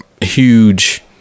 huge